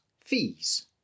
fees